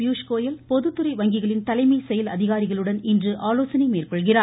பியூஷ்கோயல் பொதுத்துறை வங்கிகளின் தலைமை செயல் அதிகாரிகளுடன் இன்று ஆலோசனை மேற்கொள்கிறார்